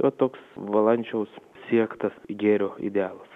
vat toks valančiaus siektas gėrio idealas